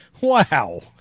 Wow